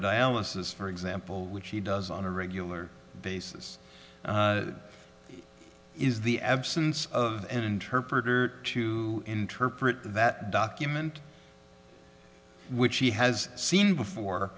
dialysis for example which he does on a regular basis is the absence of an interpreter to interpret that document which he has seen before